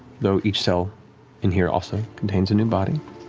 though each cell in here also contains a new body.